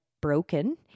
broken